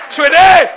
today